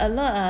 a lot uh